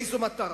לאיזו מטרה?